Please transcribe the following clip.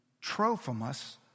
Trophimus